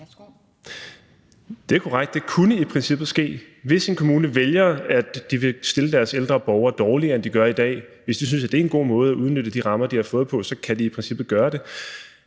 Det er korrekt. Det kunne i princippet ske, hvis en kommune vælger, at de vil stille deres ældre borgere dårligere, end de står i dag; hvis de synes, at det er en god måde at udnytte de rammer, de har fået, på, kan de i princippet gøre dét.